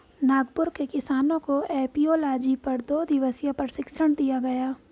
नागपुर के किसानों को एपियोलॉजी पर दो दिवसीय प्रशिक्षण दिया गया